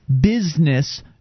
business